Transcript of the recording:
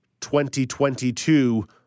2022